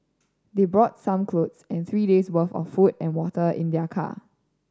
they brought some clothes and three days'worth of food and water in their car